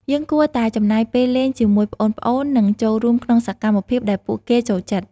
យើងគួរតែចំណាយពេលលេងជាមួយប្អូនៗ និងចូលរួមក្នុងសកម្មភាពដែលពួកគេចូលចិត្ត។